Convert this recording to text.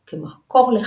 בענייני ממונות.